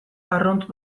arrunt